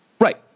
Right